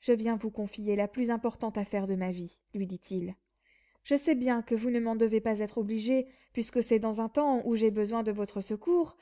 je viens vous confier la plus importante affaire de ma vie lui dit-il je sais bien que vous ne m'en devez pas être obligé puisque c'est dans un temps où j'ai besoin de votre secours